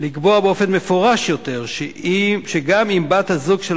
לקבוע באופן מפורש יותר שגם אם בת-הזוג של